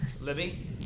Libby